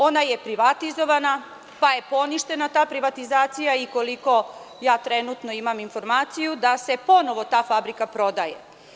Ona je privatizovana, pa je poništena ta privatizacija, i koliko ja trenutno imam informaciju, da se ponovo ta fabrika prodaje.